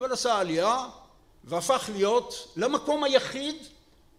אבל עשה עלייה והפך להיות למקום היחיד